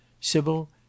sybil